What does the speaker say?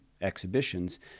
exhibitions